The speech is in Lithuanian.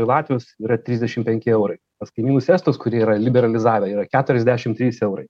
latvius yra trisdešim penki eurai pas kaimynus estus kurie yra liberalizavę yra keturiasdešim trys eurai